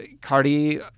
Cardi